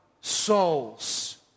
souls